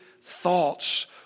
thoughts